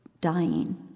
dying